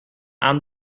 aan